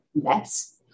less